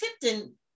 Tipton